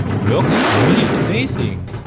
works really amazing.